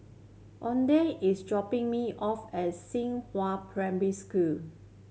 Oneida is dropping me off as Xinghua Primary School